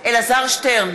אלעזר שטרן,